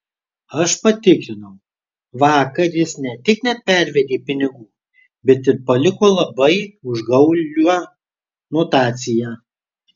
aš patikrinau vakar jis ne tik nepervedė pinigų bet ir paliko labai užgaulią notaciją